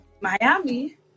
Miami